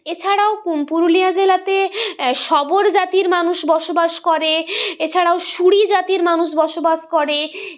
এছাড়াও পুরুলিয়া জেলাতে শবর জাতির মানুষ বসবাস করে এছাড়াও শুঁড়ি জাতির মানুষ বসবাস করে